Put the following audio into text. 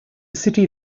city